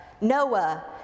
Noah